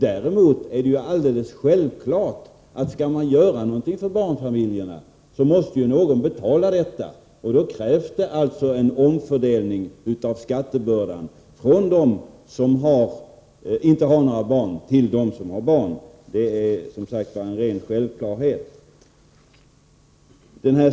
Däremot är det alldeles självklart att skall man göra någonting för barnfamiljerna måste någon betala detta, och då krävs det en omfördelning av skattebördan från dem som inte har barn till dem som har barn. Det är som sagt en ren självklarhet.